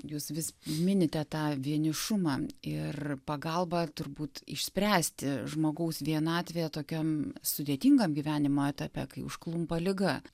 jūs vis minite tą vienišumą ir pagalbą turbūt išspręsti žmogaus vienatvė tokiam sudėtingam gyvenimo etape kai užklumpa liga